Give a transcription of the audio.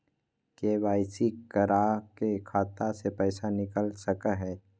KYC करा के खाता से पैसा निकल सके हय?